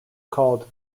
called